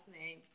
name